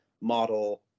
model